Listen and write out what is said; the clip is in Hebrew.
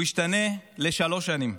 הוא ישתנה לשלוש שנים.